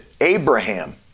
Abraham